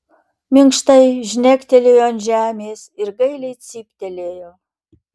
minkštai žnektelėjo ant žemės ir gailiai cyptelėjo